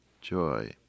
joy